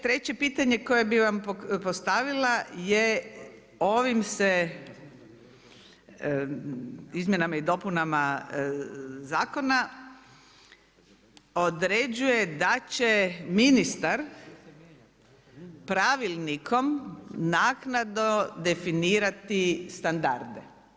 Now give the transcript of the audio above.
Treće pitanje koje bih vam postavila je ovim se Izmjenama i dopunama Zakona određuje da će ministar pravilnikom naknadno definirati standarde.